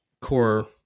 core